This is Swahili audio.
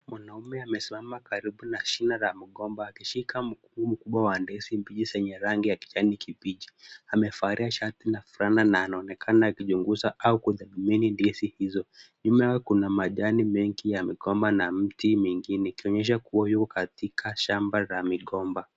Mwanaume amesimama karibu na shina la mgomba akishika mkungu mkubwa wa ndizi mbili zenye rangi ya kijani kibichi. Amevalia shati na fulana na anaonekana akichunguza au kutathmini ndizi hizo. Nyuma kuna majani mengi ya migomba na miti mingine ikionyesha kuwa ni katika shamba la migomba.